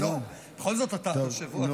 לא, בכל זאת, אתה היושב-ראש.